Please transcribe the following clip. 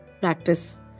practice